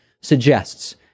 suggests